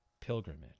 pilgrimage